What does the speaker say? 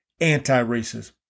anti-racism